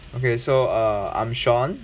okay so err I'm shaun